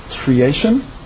creation